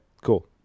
cool